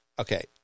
okay